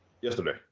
Yesterday